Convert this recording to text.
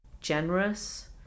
generous